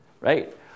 right